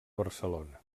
barcelona